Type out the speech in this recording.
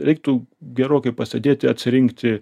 reiktų gerokai pasėdėti atsirinkti